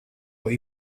what